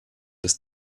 des